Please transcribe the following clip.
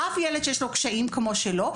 ואף ילד עם קשיים כמו שלו,